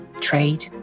trade